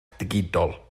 digidol